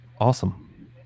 awesome